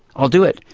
i'll do it!